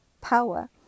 power